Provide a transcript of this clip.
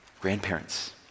Grandparents